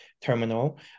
terminal